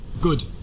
good